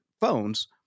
phones